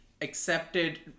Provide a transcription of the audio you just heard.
accepted